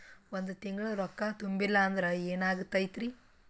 ಒಂದ ತಿಂಗಳ ರೊಕ್ಕ ತುಂಬಿಲ್ಲ ಅಂದ್ರ ಎನಾಗತೈತ್ರಿ?